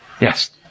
Yes